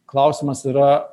klausimas yra